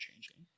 changing